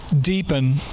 deepen